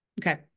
okay